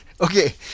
Okay